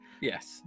Yes